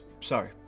Sorry